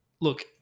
look